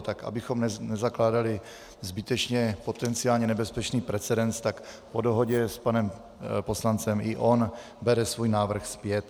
Tak abychom nezakládali zbytečně potenciálně nebezpečný precedent, tak po dohodě s panem poslancem i on bere svůj návrh zpět.